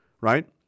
right